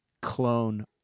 clone